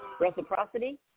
Reciprocity